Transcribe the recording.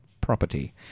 property